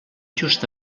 just